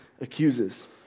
accuses